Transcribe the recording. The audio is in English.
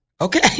Okay